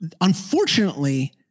Unfortunately